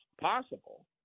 possible